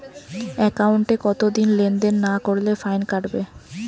একাউন্টে কতদিন লেনদেন না করলে ফাইন কাটবে?